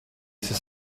sia